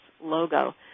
logo